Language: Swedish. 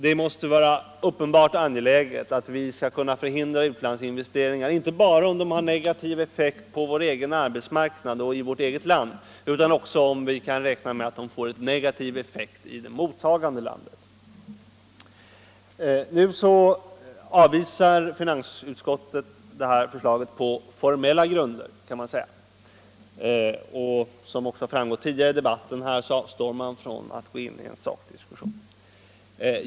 Det måste vara uppenbart angeläget att vi skall kunna förhindra utlandsinvesteringar inte bara om de har negativ effekt på vår egen arbetsmarknad, utan också om vi kan räkna med att de får negativ effekt i det mottagande landet. Nu avvisar finansutskottet förslaget på formella grunder, kan man säga. Som också framgått tidigare i debatten avstår man från att gå in i en sakdiskussion.